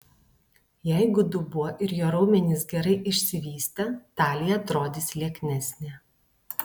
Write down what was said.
jeigu dubuo ir jo raumenys gerai išsivystę talija atrodys lieknesnė